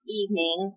evening